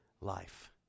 life